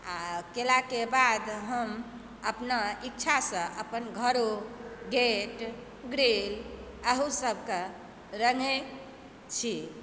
आ केलाके बाद हम अपना इच्छासँ अपन घरो गेट ग्रिल इहो सभकेँ रङ्गैत छी